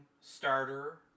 starter